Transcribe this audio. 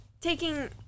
taking